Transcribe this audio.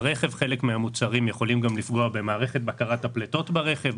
ברכב חלק מהמוצרים יכולים גם לפגוע במערכת בקרת הפליטות ברכב,